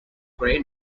grey